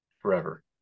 forever